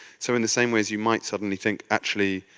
so in the same way as you might suddenly think, actually,